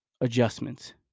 adjustments